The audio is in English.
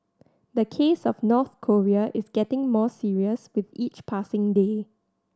the case of North Korea is getting more serious with each passing day